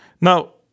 Now